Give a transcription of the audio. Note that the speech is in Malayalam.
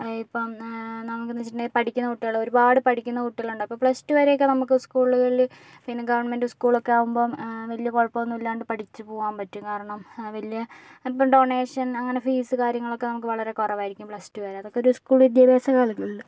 ഇപ്പം ഒന്നാമത് വെച്ചിട്ടുണ്ടെങ്കിൽ പഠിക്കുന്ന കുട്ടികൾ ഒരുപാട് പഠിക്കുന്ന കുട്ടികളുണ്ട് അപ്പ പ്ലസ്ടു വരെയൊക്കെ നമുക്ക് സ്കൂളുകളിൽ പിന്നെ ഗവൺമെൻറ് സ്കൂളൊക്കെ ആകുമ്പം വലിയ കുഴപ്പമിലാണ്ട് പഠിച്ചു പോകാൻ പറ്റും കാരണം വലിയ ഇപ്പം ഡൊണേഷൻ അങ്ങനെ ഫീസ് കാര്യങ്ങളൊക്കെ നമുക്ക് വളരെ കുറവായിരിക്കും പ്ലസ്ടു വരെ അതൊക്കെ ഒരു സ്കൂൾ വിദ്യാഭ്യാസ കാലങ്ങളില്